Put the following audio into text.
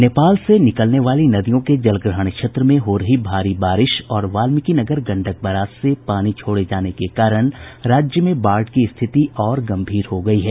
नेपाल से निकलने वाली नदियों के जलग्रहण क्षेत्र में हो रही भारी बारिश और वाल्मिकी नगर गंडक बराज से पानी छोड़े जाने के कारण राज्य में बाढ़ की स्थिति और गंभीर हो गयी है